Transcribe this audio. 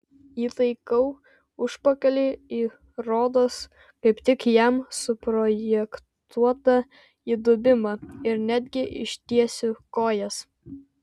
įtaikau užpakalį į rodos kaip tik jam suprojektuotą įdubimą ir netgi ištiesiu kojas